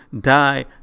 die